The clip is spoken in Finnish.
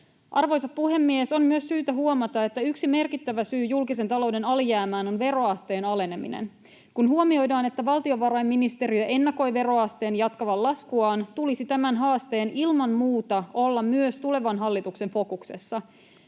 Arvoisa puhemies! On myös syytä huomata, että yksi merkittävä syy julkisen talouden alijäämään on veroasteen aleneminen. Kun huomioidaan, että valtiovarainministeriö ennakoi veroasteen jatkavan laskuaan, tulisi tämän haasteen ilman muuta olla myös tulevan hallituksen fokuksessa.